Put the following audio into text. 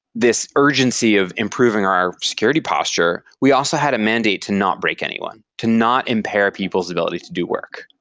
this urgency of improving our security posture, we also had a mandate to not break anyone, to not impair people's ability to do work,